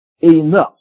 Enough